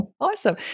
Awesome